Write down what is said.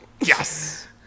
Yes